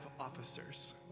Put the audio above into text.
officers